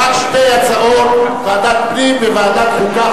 רק שתי הצעות: ועדת פנים וועדת החוקה,